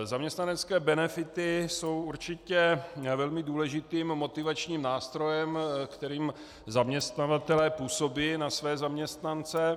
Zaměstnanecké benefity jsou určitě velmi důležitým motivačním nástrojem, kterým zaměstnavatelé působí na své zaměstnance.